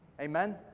Amen